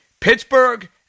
Pittsburgh